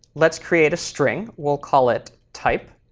let's create a string. we'll call it type.